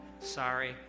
Sorry